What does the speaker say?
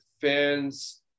fans